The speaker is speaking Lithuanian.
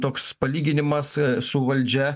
toks palyginimas su valdžia